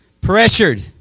Pressured